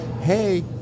hey